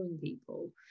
people